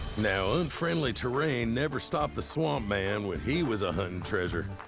now, unfriendly terrain never stopped the swamp man when he was a-hunting treasure.